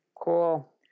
cool